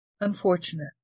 unfortunate